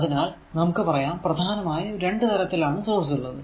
അതിനാൽ നമുക്ക് പറയാം പ്രധാനമായും രണ്ടു തരത്തിൽ ആണ് സോഴ്സ് ഉള്ളത്